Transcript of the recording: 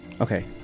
Okay